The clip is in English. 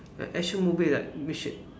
ya action movie like mission